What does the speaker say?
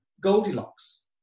Goldilocks